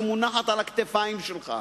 שמונחת על הכתפיים שלך,